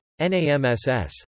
NAMSS